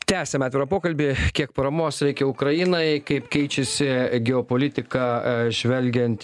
tęsiame pokalbį kiek paramos reikia ukrainai kaip keičiasi geopolitika žvelgiant